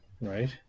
Right